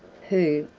who,